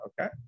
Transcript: Okay